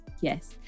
Yes